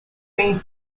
been